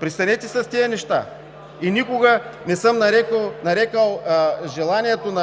Престанете с тези неща! И никога не съм нарекъл желанието –